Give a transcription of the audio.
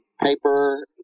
paper